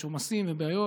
יש עומסים ובעיות,